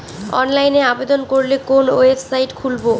অনলাইনে আবেদন করলে কোন ওয়েবসাইট খুলব?